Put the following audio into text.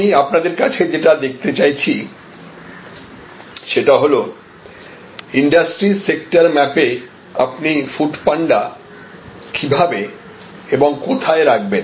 আমি আপনাদের কাছে যেটা দেখতে চাইছি সেটা হল ইন্ডাস্ট্রি সেক্টর ম্যাপে আপনি ফুডপান্ডা কিভাবে এবং কোথায় রাখবেন